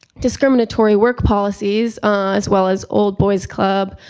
discriminatory work policies as well as old boys club,